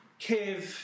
Kev